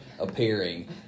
appearing